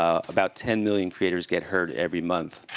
ah about ten million creators get hurt every month.